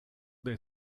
they